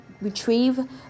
retrieve